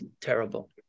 terrible